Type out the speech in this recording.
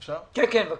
כן, בבקשה.